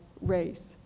race